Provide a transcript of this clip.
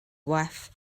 wife